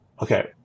okay